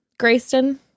Grayston